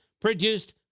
produced